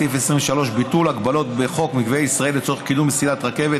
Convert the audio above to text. סעיף 23 (ביטול הגבלות בחוק מקווה ישראל לצורך קידום מסילת רכבת